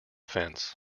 fence